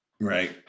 right